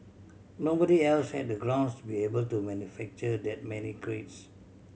nobody else had the grounds to be able to manufacture that many crates